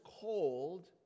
cold